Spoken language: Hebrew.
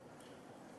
להצבעה.